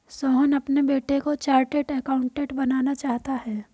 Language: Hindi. सोहन अपने बेटे को चार्टेट अकाउंटेंट बनाना चाहता है